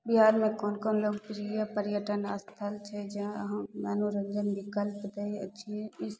बिहारमे कोन कोन लोकप्रिय पर्यटन स्थल छै जहाँ हम मनोरञ्जन विकल्प दै अछि इस